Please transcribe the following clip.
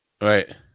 Right